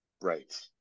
Right